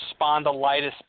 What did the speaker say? spondylitis